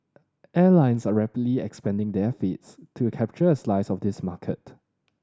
airlines are rapidly expanding their fleets to capture a slice of this market